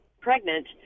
pregnant